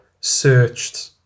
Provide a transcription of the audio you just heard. Searched